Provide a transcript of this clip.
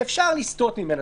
אפשר לסטות ממנה.